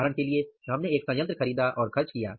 उदाहरण के लिए हमने एक संयंत्र खरीदा और खर्च किया